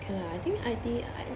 okay lah I think I_T like